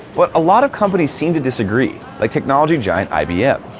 but a lot of companies seem to disagree like technology giant ibm.